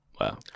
Wow